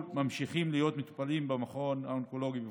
ממשיכים להיות מטופלים במכון האונקולוגי בוולפסון.